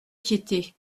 pitié